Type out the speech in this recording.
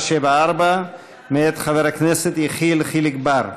474, מאת חבר הכנסת יחיאל חיליק בר.